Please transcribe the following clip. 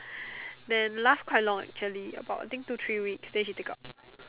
then last quite long actually about I think two three weeks then she take out